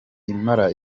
impala